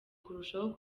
kurushaho